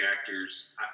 actors